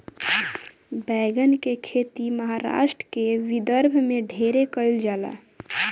बैगन के खेती महाराष्ट्र के विदर्भ में ढेरे कईल जाला